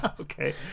Okay